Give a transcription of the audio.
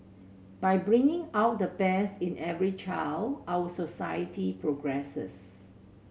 by bringing out the best in every child our society progresses